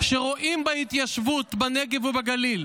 שרואים בהתיישבות בנגב ובגליל,